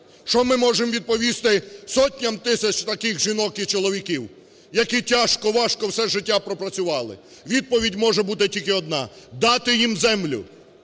Що ми можемо відповісти сотням тисяч таких жінок і чоловіків, які тяжко, важко все життя пропрацювали? Відповідь може бути тільки одна – дати їм землю,